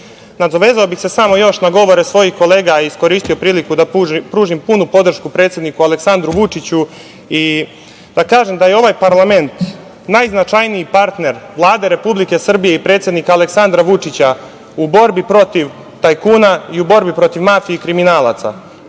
proširuju. Nadovezao bih se samo još na govore svojih kolega i iskoristio priliku da pružim punu podršku predsedniku Aleksandru Vučiću i da kažem da je ovaj parlament najznačajniji partner Vlade Republike Srbije i predsednika Aleksandra Vučića u borbi protiv tajkuna i u borbi protiv mafije i kriminalaca.